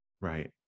Right